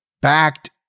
backed